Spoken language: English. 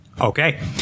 Okay